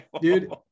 dude